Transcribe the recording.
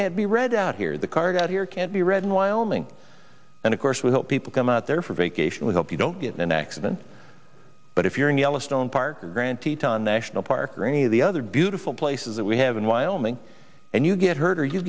can't be read out here the card out here can't be read in wyoming and of course we help people come out there for vacation we hope you don't get an accident but if you're in yellowstone park the grand teton national park or any of the other beautiful places that we have in wyoming and you get hurt or you